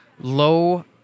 low